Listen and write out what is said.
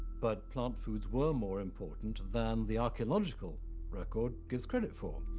but plant foods were more important than the archaeological record gives credit for.